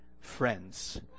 friends